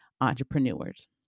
entrepreneurs